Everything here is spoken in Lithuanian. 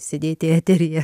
sėdėti eteryje